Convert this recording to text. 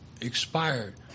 expired